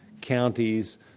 counties